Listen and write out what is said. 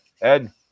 Ed